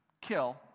kill